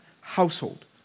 household